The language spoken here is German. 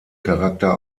charakter